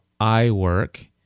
iWork